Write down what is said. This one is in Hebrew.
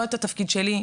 לא את התפקיד שלי,